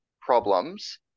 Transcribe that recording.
problems